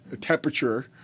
temperature